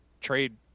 trade